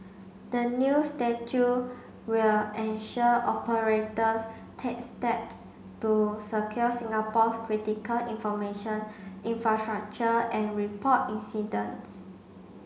the new statute will ensure operators take steps to secure Singapore's critical information infrastructure and report incidents